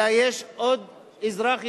אלא יש עוד אזרח ישראלי,